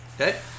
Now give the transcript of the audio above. Okay